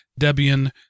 Debian